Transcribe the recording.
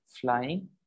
flying